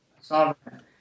sovereign